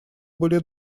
были